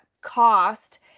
cost